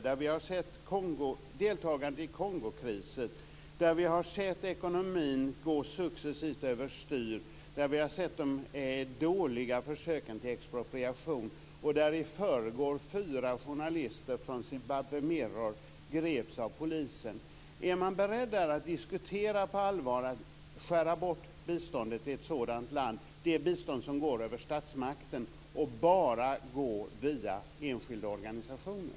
Där har vi sett deltagandet i Kongokrisen, där har vi sett ekonomin successivt gå över styr, där har vi sett de dåliga försöken till expropriation, och i förrgår greps fyra journalister från Zimbabwe Mirror av polisen. Är man beredd att på allvar diskutera att skära bort det bistånd som går till ett sådant land över statsmakten och enbart låta det gå via enskilda organisationer?